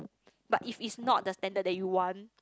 but if it's not the standard that you want